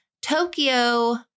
Tokyo